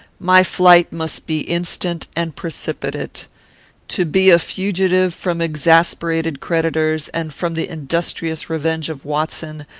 my flight must be instant and precipitate. to be a fugitive from exasperated creditors, and from the industrious revenge of watson,